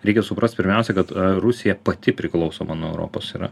reikia suprast pirmiausia kad rusija pati priklausoma nuo europos yra